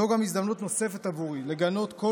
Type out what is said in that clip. זו גם הזדמנות נוספת עבורי לגנות כל